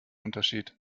unterschied